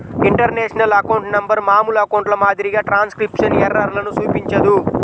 international account number మామూలు అకౌంట్ల మాదిరిగా ట్రాన్స్క్రిప్షన్ ఎర్రర్లను చూపించదు